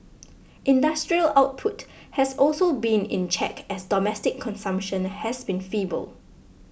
industrial output has also been in check as domestic consumption has been feeble